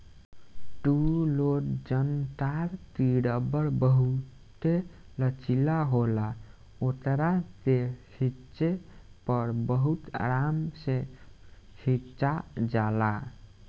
तू लोग जनतार की रबड़ बहुते लचीला होला ओकरा के खिचे पर बहुते आराम से खींचा जाला